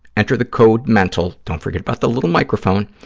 enter the code mental, don't forget about the little microphone.